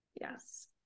Yes